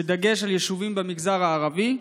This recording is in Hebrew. בדגש על יישובים במגזר הערבי.